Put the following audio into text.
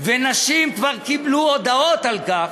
ונשים כבר קיבלו הודעות על כך.